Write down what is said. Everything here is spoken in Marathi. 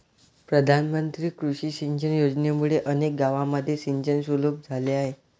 प्रधानमंत्री कृषी सिंचन योजनेमुळे अनेक गावांमध्ये सिंचन सुलभ झाले आहे